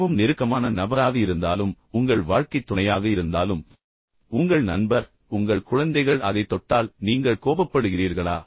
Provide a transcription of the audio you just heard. மிகவும் நெருக்கமான நபராக இருந்தாலும் உங்கள் வாழ்க்கைத் துணையாக இருந்தாலும் உங்கள் நண்பர் அல்லது உங்கள் குழந்தைகள் அல்லது யாராவது அதைத் தொட்டால் நீங்கள் கோபப்படுகிறீர்களா